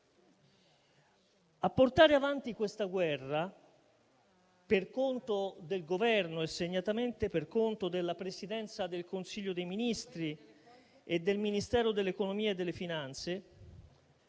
A portare avanti questa guerra per conto del Governo e, segnatamente, per conto della Presidenza del Consiglio dei ministri e del Ministero dell'economia e delle finanze